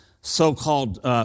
so-called